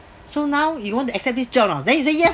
so now you want to accept this job or not then you say yes